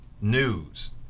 news